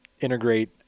Integrate